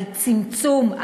על צמצום,